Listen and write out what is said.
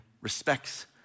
respects